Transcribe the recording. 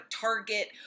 Target